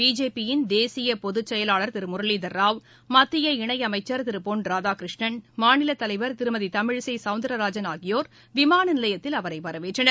பிஜேபியின் தேசிய பொது செயலாளர் திரு முரளிதர ராவ் மத்திய இணை அமைச்சர் திரு பொன் ராதாகிருஷ்ணன் மாநில தலைவர் திருமதி தமிழிசை சௌந்தரராஜன் ஆகியோர் விமான நிலையத்தில் அவரை வரவேற்றனர்